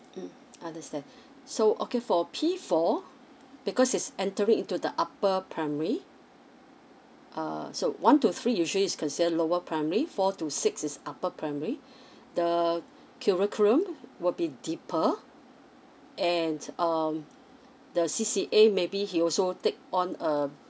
mm understand so okay for P four because he's entering into the upper primary uh so one to three usually is consider lower primary four to six is upper primary the curriculum will be deeper and um the C_C_A maybe he also take on a